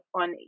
on